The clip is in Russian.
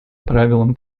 правилам